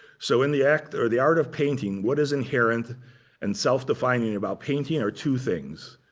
so in the act or the art of painting, what is inherent and self-defining about painting are two things,